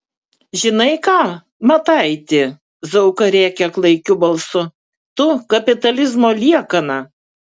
žinai ką mataiti zauka rėkia klaikiu balsu tu kapitalizmo liekana